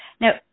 now